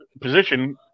position